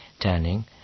Turning